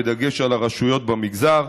בדגש על הרשויות במגזר.